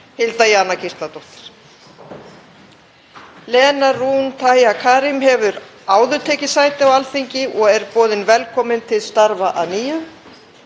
Hilda Jana Gísladóttir. Lenya Rún Taha Karim hefur áður tekið sæti á Alþingi og er boðin velkomin til starfa að nýju.